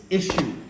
issue